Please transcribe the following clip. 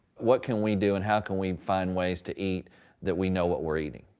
what can we do and how can we find ways to eat that we know what we're eating?